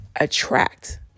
attract